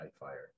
Nightfire